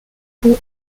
pont